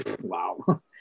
wow